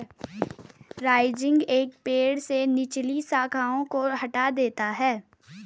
rising एक पेड़ से निचली शाखाओं को हटा देता है